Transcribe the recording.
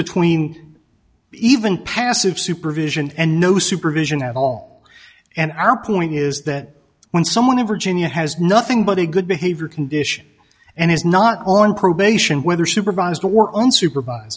between even passive supervision and no supervision at all and our point is that when someone of virginia has nothing but a good behavior condition and is not on probation whether supervised or unsupervis